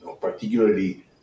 particularly